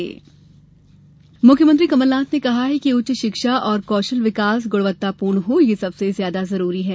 कौशल विकास मुख्यमंत्री कमलनाथ ने कहा है कि उच्च शिक्षा और कौशल विकास गुणवत्तापूर्ण हो यह सबसे ज्यादा जरूरी है